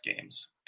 games